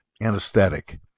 anesthetic